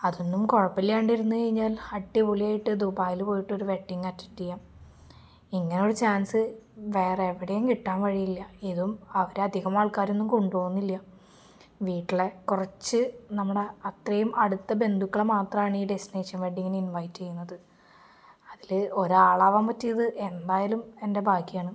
അതൊന്നും കുഴപ്പമില്ലാതിരുന്ന് കഴിഞ്ഞാൽ അടിപൊളിയായിട്ട് ദുബായില് പോയിട്ടൊരു വെഡ്ഡിങ് അറ്റൻഡ് ചെയ്യാം ഇങ്ങനെയൊരു ചാൻസ് വേറെ എവിടെയും കിട്ടാൻ വഴിയില്ല ഇതും അവരധികം ആൾക്കാരെയൊന്നും കൊണ്ടുപോകുന്നില്ല വീട്ടിലെ കുറച്ച് നമ്മുടെ അത്രയും അടുത്ത ബന്ധുക്കളെ മാത്രമാണ് ഈ ഡെസ്റ്റിനേഷൻ വെഡ്ഡിങ്ങിന് ഇൻവൈറ്റ് ചെയ്യുന്നത് അതിലൊരാളാവാൻ പറ്റിയത് എന്തായാലും എൻ്റെ ഭാഗ്യമാണ്